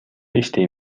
иштей